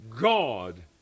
God